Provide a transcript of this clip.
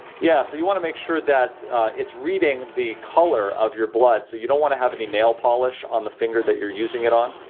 yeah, so you want to make sure that it's reading the color of your blood, so you don't want to have any nail polish on the finger that you're using it on.